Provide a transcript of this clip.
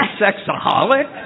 sexaholic